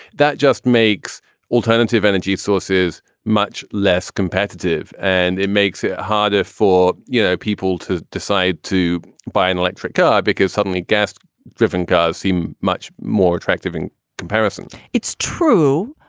that just makes alternative energy sources much less competitive. and it makes it harder for you know people to decide to buy an electric car because suddenly guest driven cars seem much more attractive in comparison it's true,